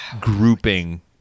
grouping